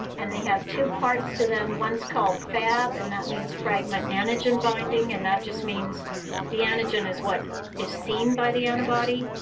and they have two parts to them. one's called fab, and that means fragment antigen binding. and that just means the antigen is what is seen by the antibody.